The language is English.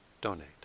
donate